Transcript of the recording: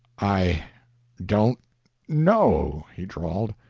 i don't know, he drawled.